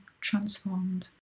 transformed